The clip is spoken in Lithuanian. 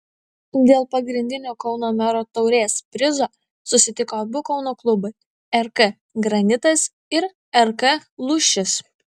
dėl pagrindinio kauno mero taurės prizo susitiko abu kauno klubai rk granitas ir rk lūšis